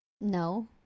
No